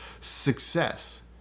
success